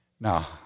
Now